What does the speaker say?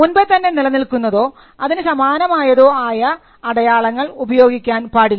മുൻപേ തന്നെ നിലനിൽക്കുന്നതോ അതിന് സമാനമായതോ ആയ അടയാളങ്ങൾ ഉപയോഗിക്കാൻ പാടില്ല